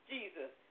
Jesus